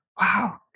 Wow